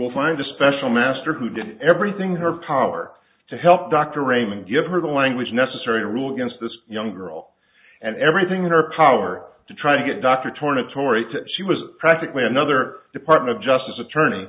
will find a special master who did everything her power to help dr raymond give her the language necessary to rule against this young girl and everything in her power to try to get dr torne atory to she was practically another department of justice attorney